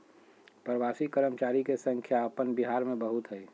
प्रवासी कर्मचारी के संख्या अपन बिहार में बहुत हइ